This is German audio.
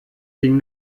ding